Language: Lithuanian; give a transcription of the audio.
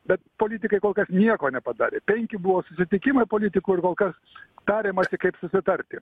bet politikai kol kas nieko nepadarė penki buvo susitikimai politikų ir kol kas tariamasi kaip susitarti